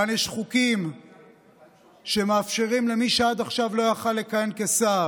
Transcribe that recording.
כאן יש חוקים שמאפשרים למי שעד עכשיו לא היה יכול לכהן כשר,